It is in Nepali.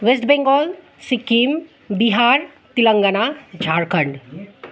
वेस्ट बेङ्गाल सिक्किम बिहार तेलङ्गना झारखण्ड